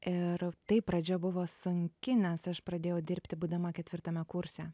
ir taip pradžia buvo sunki nes aš pradėjau dirbti būdama ketvirtame kurse